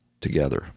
together